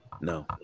No